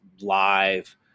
live